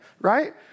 Right